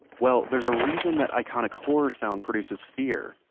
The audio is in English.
well there's a reason that iconic horror sound produces fear,